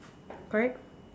correct